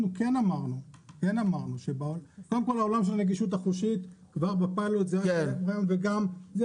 אנחנו כן אמרנו שבעולם של נגישות חושית, זה ימשיך.